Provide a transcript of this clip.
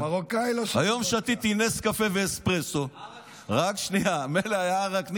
היום שתיתי נס קפה ואספרסו, ערק אשכוליות.